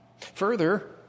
Further